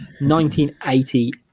1980